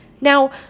Now